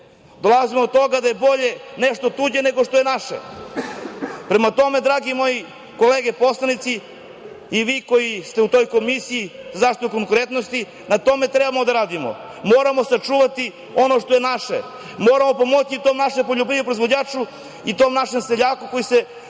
Dolazimo do toga da je bolje nešto tuđe nego što je naše. Prema tome, dragi moji kolege poslanici i vi koji ste u toj Komisiji za zaštitu konkurentnosti, na tome treba da radimo. Moramo sačuvati ono što je naše. Moramo pomoći tom našem poljoprivrednom proizvođaču i tom našem seljaku koji se